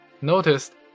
noticed